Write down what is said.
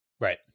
Right